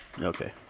Okay